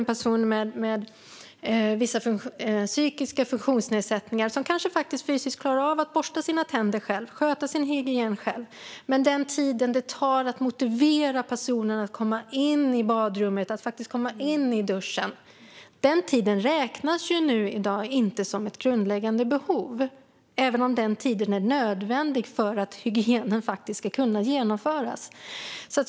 En person som har vissa psykiska funktionsnedsättningar kanske fysiskt klarar av att borsta tänderna och sköta hygienen själv, men den tid det tar att motivera personen att komma in i badrummet eller duschen räknas i dag inte som ett grundläggande behov. Ändå kanske den tiden är nödvändig för att hygienen ska kunna skötas.